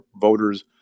voters